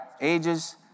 ages